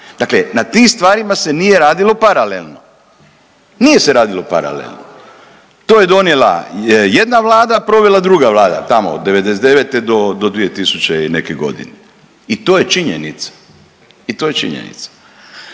Dakle, na tim stvarima se nije radilo paralelno, nije se radilo paralelno. To je donijela jedna Vlada, a provela druga Vlada tamo od '99. do 2000. i neke godine. I to je činjenica. I ono što je